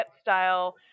style